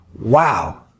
Wow